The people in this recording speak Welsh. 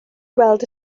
weld